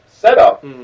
Setup